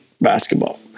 basketball